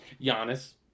Giannis